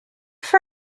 for